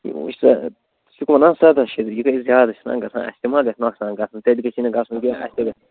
وُچھ سا ژٕ چھُکھ وَنان سداہ شیٚتھ یہِ گژھِ زیادٕ چھُنا گژھان اَسہِ تہِ ما گژھِ نۄقصان گژھُن ژےٚ تہِ گَژھُن کیٚنٛہہ اَسہِ تہِ